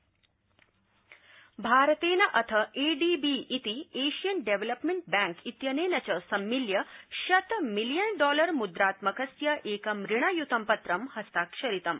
भारतम् भारतेन अथ एडीबी इति एशियन डेवलेप्मेन्ट बैंक इत्यनेन च सम्मिल्य शत मिलियन डॉलर मुद्रात्यकस्य एकं ऋण युतं पत्रं हस्ताक्षरितम्